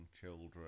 children